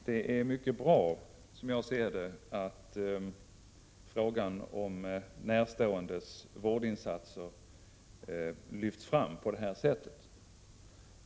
Herr talman! Det är mycket bra att frågan om närståendes vårdinsatser lyfts fram på det här sättet.